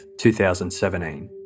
2017